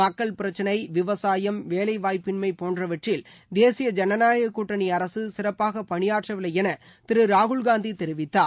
மக்கள் பிரச்சினை விவசாயம் வேலைவாய்ப்பின்மை போன்றவற்றில் தேசிய ஜனநாயக கூட்டணி அரசு சிறப்பாக பணியாற்றவில்லை என திரு ராகுல்காந்தி தெரிவித்தார்